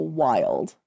wild